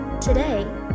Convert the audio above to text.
Today